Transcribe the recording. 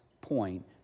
point